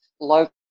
local